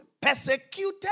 persecuted